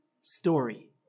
story